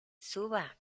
suba